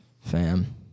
Fam